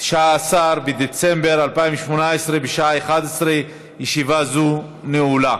19 בדצמבר 2018, בשעה 11:00. ישיבה זו נעולה.